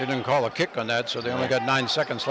i didn't call a kick on that so they only got nine seconds